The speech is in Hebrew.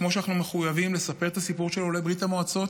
כמו שאנחנו מחויבים לספר את הסיפור של עולי ברית המועצות,